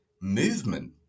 movement